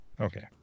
okay